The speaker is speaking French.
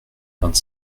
vingt